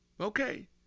Okay